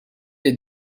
les